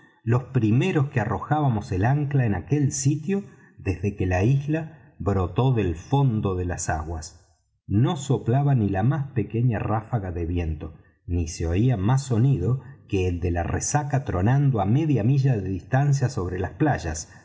los primeros que arrojábamos el ancla en aquel sitio desde que la isla brotó del fondo de las aguas no soplaba ni la más pequeña ráfaga de viento ni se oía más sonido que el de la resaca tronando á media milla de distancia sobre las playas